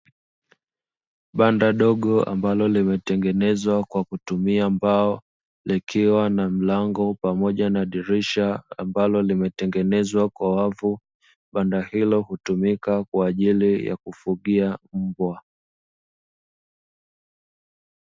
Banda dogo ambalo limetengenezwa kwa kutumia mbao likiwa na mlango pamoja na dirisha ambalo limetengenezwa kwa wavu, banda hilo hutumika kwa ajili ya kufugia mbwa.